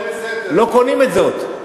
לא קונים את זאת.